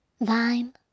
thine